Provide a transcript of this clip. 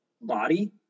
body